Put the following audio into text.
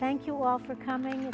thank you all for coming